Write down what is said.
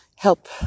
help